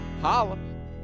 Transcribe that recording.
Holla